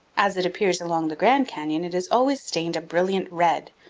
as it appears along the grand canyon it is always stained a brilliant red,